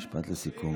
רק לסיכום.